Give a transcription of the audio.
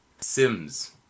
Sims